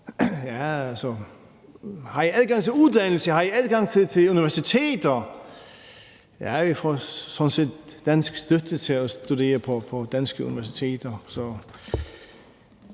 Har I adgang til uddannelse? Har I adgang til universiteter? Ja, vi får sådan set dansk støtte til at studere på danske universiteter,